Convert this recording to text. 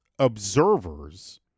observers